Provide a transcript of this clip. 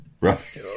right